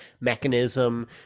mechanism